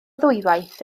ddwywaith